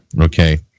Okay